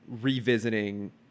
revisiting